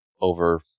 over